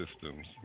systems